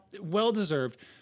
well-deserved